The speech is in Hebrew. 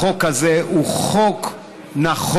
החוק הזה הוא חוק נכון,